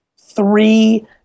three